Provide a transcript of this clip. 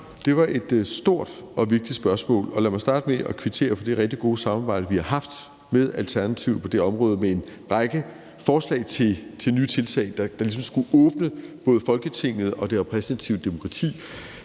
Det var et stort og vigtigt spørgsmål, og lad mig starte med at kvittere for det rigtig gode samarbejde, vi har haft med Alternativet på det område med en række forslag til nye tiltag, der ligesom skulle åbne både Folketinget og det repræsentative demokrati.